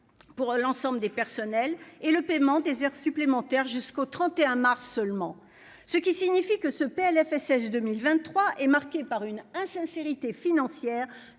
pour l'ensemble des personnels et le paiement des heures supplémentaires, jusqu'au 31 mars seulement, ce qui signifie que ce PLFSS 2023 est marqué par une insincérité financière